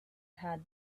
had